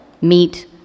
meet